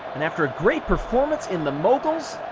and after a great performance in the moguls,